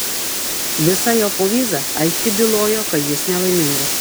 visa jo povyza aiškiai bylojo kad jis nelaimingas